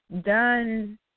done